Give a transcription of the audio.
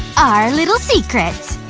our little secret!